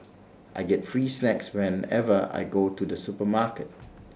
I get free snacks whenever I go to the supermarket